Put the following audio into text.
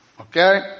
Okay